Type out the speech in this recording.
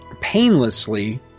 painlessly